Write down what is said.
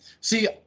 see